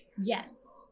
yes